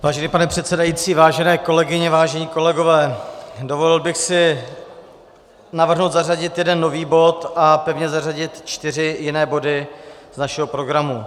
Vážený pane předsedající, vážené kolegyně, vážení kolegové, dovolil bych si navrhnout zařadit jeden nový bod a pevně zařadit čtyři jiné body z našeho programu.